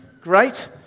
Great